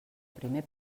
primer